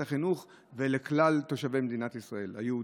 החינוך ולכלל תושבי מדינת ישראל היהודים.